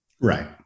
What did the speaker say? Right